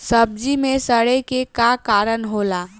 सब्जी में सड़े के का कारण होला?